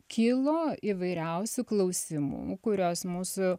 kilo įvairiausių klausimų kuriuos mūsų